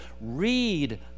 read